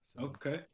Okay